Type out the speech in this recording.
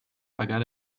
pagar